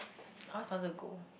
I always want to go